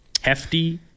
hefty